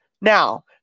Now